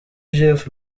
jeff